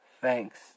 Thanks